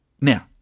Now